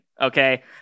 okay